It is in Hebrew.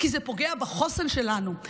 כי זה פוגע בחוסן שלנו,